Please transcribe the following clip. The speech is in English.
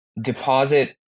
deposit